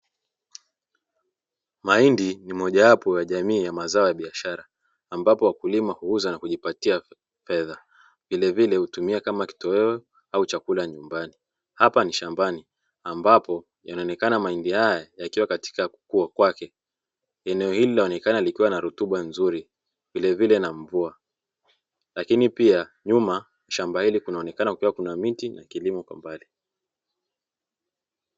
Mahindi ni mojawapo ya jamii na mazao ya biashara ambapo wakulima huuza na kujipatia fedha vilevile hutumika kama kitoweo au chakula nyumbani, hapa ni shambani ambapo yanaonekana mahindi hayo yakiwa katika kukua kwake, eneo hilo linaonekana likiwa na rutuba nzuri vile vile na mvua lakini pia nyuma shamba hili kunaonekana kukiwa kunamiti kwa mbali.